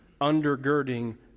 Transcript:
undergirding